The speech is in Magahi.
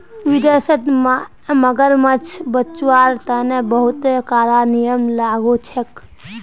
विदेशत मगरमच्छ बचव्वार तने बहुते कारा नियम लागू छेक